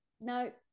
no